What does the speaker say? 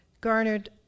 garnered